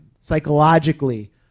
psychologically